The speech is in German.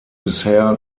bisher